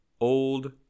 old